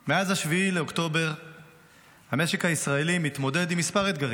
מאז 7 באוקטובר המשק הישראלי מתמודד עם מספר אתגרים: